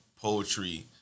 poetry